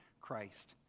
Christ